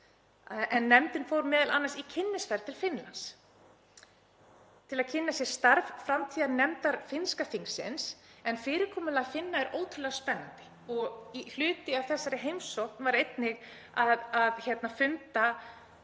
Nefndin fór m.a. í kynnisferð til Finnlands til að kynna sér starf framtíðarnefndar finnska þingsins en fyrirkomulag Finna er ótrúlega spennandi. Hluti af þessari heimsókn var einnig að funda